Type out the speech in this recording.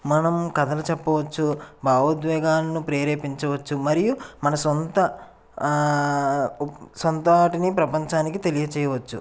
మనం కథలు చెప్పవచ్చు భావోద్వేగాలను ప్రేరేపించవచ్చు మరియు మనం సొంత సొంత వాటిని ప్రపంచానికి తెలియచేయవచ్చు